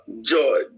joy